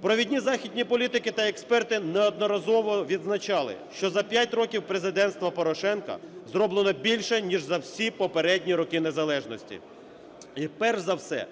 Провідні західні політики та експерти неодноразово відзначали, що за 5 років президентства Порошенка зроблено більше, ніж за всі попередні роки незалежності, і, перш за все,